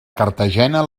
cartagena